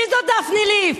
מי זאת דפני ליף?